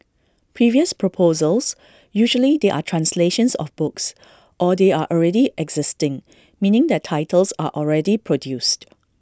previous proposals usually they are translations of books or they are already existing meaning their titles are already produced